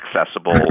accessible